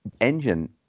engine